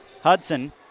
Hudson